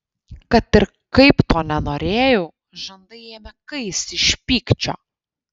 kad ir kaip to nenorėjau žandai ėmė kaisti iš pykčio